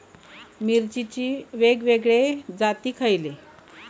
मिरचीचे वेगवेगळे जाती खयले?